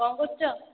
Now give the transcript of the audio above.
କ'ଣ କରୁଛ